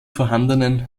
vorhandenen